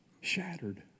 shattered